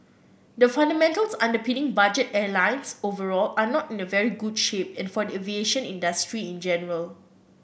the fundamentals underpinning budget airlines overall are not in a very good shape and for the aviation industry in general